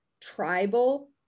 tribal